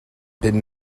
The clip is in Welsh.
bum